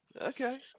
Okay